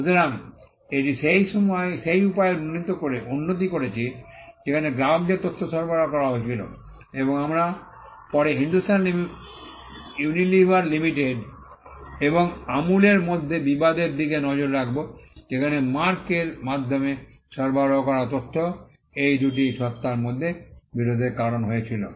সুতরাং এটি সেই উপায়ের উন্নতি করেছে যেখানে গ্রাহকদের তথ্য সরবরাহ করা হয়েছিল এবং আমরা পরে হিন্দুস্তান ইউনিলিভার লিমিটেড এবং আমুলের মধ্যে বিবাদের দিকে নজর রাখব যেখানে মার্ক এর মাধ্যমে সরবরাহ করা তথ্য এই দুটি সত্তার মধ্যে বিরোধের কারণ হয়েছিল